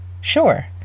Sure